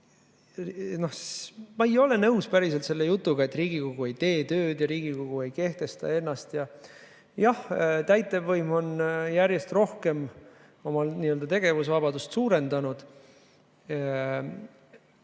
Ma ei ole päriselt nõus selle jutuga, et Riigikogu ei tee tööd ja Riigikogu ei kehtesta ennast. Jah, täitevvõim on järjest rohkem oma n‑ö tegevusvabadust suurendanud.